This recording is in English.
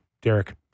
Derek